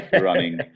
running